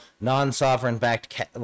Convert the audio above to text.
non-sovereign-backed